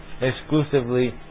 exclusively